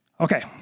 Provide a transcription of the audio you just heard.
Okay